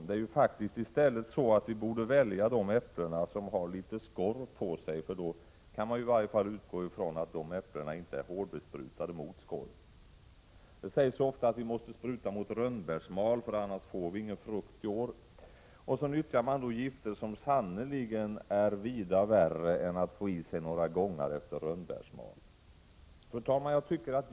Det är faktiskt så att vi i stället borde välja de äpplen som har litet skorv, eftersom vi kan utgå ifrån att sådana äpplen i varje fall inte är hårt besprutade mot skorv. Det sägs ofta att man måste spruta mot rönnbärsmal — annars får man ingen frukt. Och så nyttjar man gifter, som sannerligen är vida värre att få i sig än några gångar efter rönnbärsmal.